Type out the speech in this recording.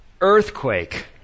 earthquake